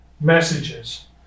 messages